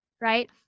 Right